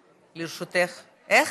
איך?